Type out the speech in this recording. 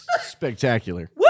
spectacular